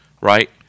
right